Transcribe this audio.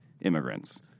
immigrants